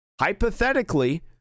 hypothetically